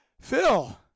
Phil